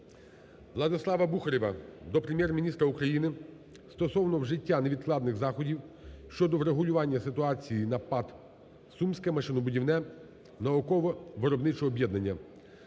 Владислава Бухарєва до Прем'єр-міністра України стосовно вжиття невідкладних заходів щодо врегулювання ситуації на ПАТ "Сумське машинобудівне науково - виробниче об'єднання".